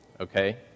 Okay